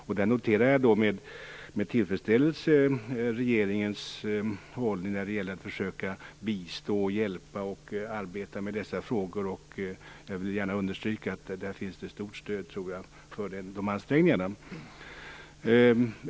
Jag noterar med tillfredsställelse regeringens hållning när det gäller att försöka bistå och hjälpa Baltikum och att arbeta med dessa frågor. Jag vill gärna understryka att jag tror att det finns ett stort stöd för dessa ansträngningar.